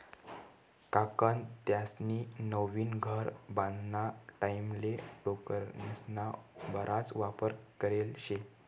काकान त्यास्नी नवीन घर बांधाना टाईमले टोकरेस्ना बराच वापर करेल शे